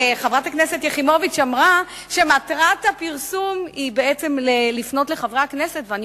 חברת הכנסת יחימוביץ אמרה שמטרת הפרסום היא בעצם לפנות לחברי הכנסת.